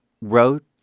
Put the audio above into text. wrote